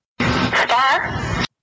star